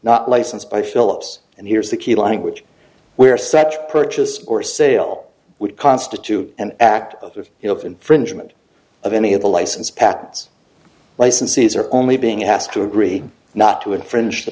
not licensed by philips and here's the key language where such a purchase or sale would constitute an act of infringement of any of the license patents licensees are only being asked to agree not to infringe t